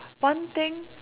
one thing